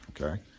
okay